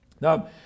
Now